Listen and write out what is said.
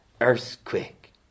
earthquake